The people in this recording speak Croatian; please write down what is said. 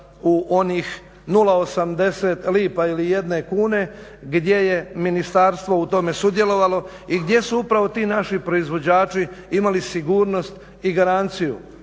u onih 0,80 lipa ili 1 kune gdje je ministarstvo u tome sudjelovalo i gdje su upravo ti naši proizvođači imali sigurnost i garanciju